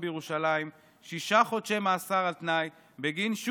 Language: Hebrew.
בירושלים שישה חודשי מאסר על תנאי בגין,